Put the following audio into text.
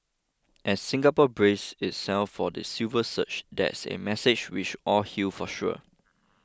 as Singapore braces itself for the silver surge that's a message we should all heal for sure